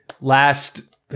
last